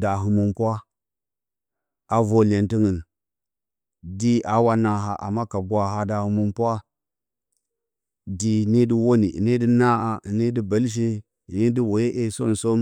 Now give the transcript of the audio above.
da həməpwa a vər iyentingɨn dii a wa naha amma ka gwaha da həməpwa dii ne dɨ woni hɨne dɨ naha hɨ ne dɨ bəlshe hɨne dɨ woyə hee som-som.